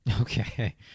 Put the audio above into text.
Okay